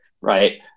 right